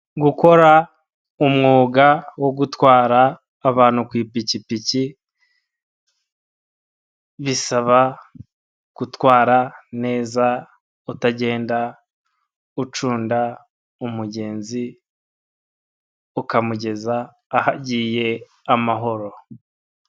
Umwuga wo gutwara abantu ku ipikipiki bisaba gutwara neza utagenda ucunda umugenzi ukamugeza ahagiye amahoro.